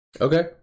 Okay